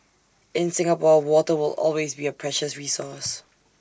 in Singapore water will always be A precious resource